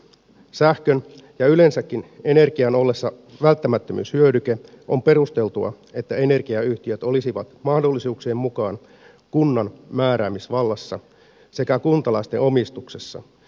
sähkön ja yleensäkin energian ollessa välttämättömyyshyödyke on perusteltua että energiayhtiöt olisivat mahdollisuuksien mukaan kunnan määräämisvallassa sekä kuntalaisten omistuksessa